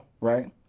Right